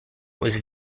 was